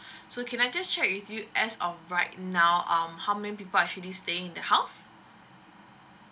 so can I just check with you as of right now um how many people actually staying in the house